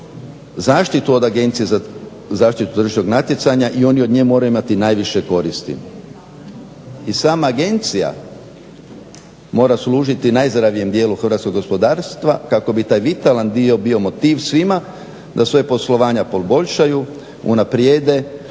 zaštitu od Agencije za zaštitu tržišnog natjecanja i oni od nje moraju imati najviše koristi. I sama Agencija mora služiti najzdravijem dijelu hrvatskog gospodarstva kako bi taj vitalan dio bio motiv svima da svoja poslovanja poboljšaju, unaprijede